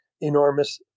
enormous